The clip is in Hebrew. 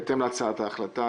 בהתאם להצעת ההחלטה.